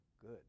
good